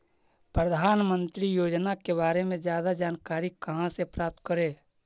प्रधानमंत्री योजना के बारे में जादा जानकारी कहा से प्राप्त करे?